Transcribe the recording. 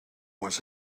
was